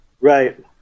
right